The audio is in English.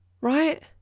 Right